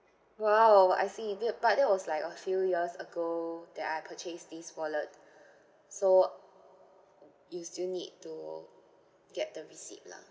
!wow! I see it wait but that was like a few years ago that I purchased this wallet so you still need to get the receipt lah